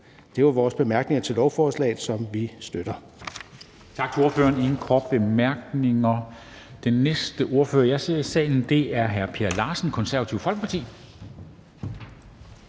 Det var vores bemærkninger til lovforslaget, som vi støtter.